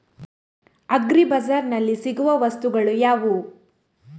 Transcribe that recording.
Agri ಬಜಾರ್ನಲ್ಲಿ ಸಿಗುವ ವಸ್ತುಗಳು ಯಾವುವು?